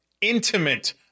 intimate